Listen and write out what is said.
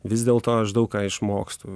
vis dėl to aš daug ką išmokstu